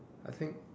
I think